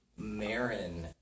Marin